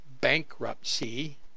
bankruptcy